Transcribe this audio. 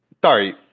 Sorry